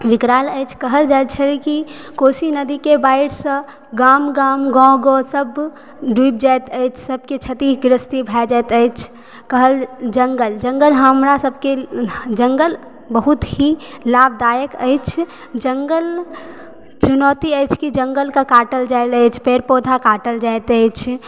विकराल अछि कहल जाइ छै कि कोशी नदीके बाढ़िसँ गाम गाम गाँव गाँव सब डुबि जाइत अछि सभकेँ क्षतिग्रस्त क्षति भए जाइत अछि कहल जङ्गल जङ्गल हमरा सभकेँ जङ्गल बहुत ही लाभदायक अछि जङ्गल चुनौती अछि कि जङ्गलके काटल जायल अछि पेड़ पौधा काटल जाइत अछि